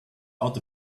out